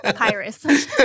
Pyrus